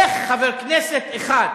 איך חבר כנסת אחד,